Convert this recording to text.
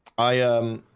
i um,